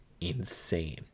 Insane